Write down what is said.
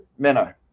Menno